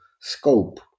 scope